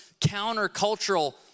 counter-cultural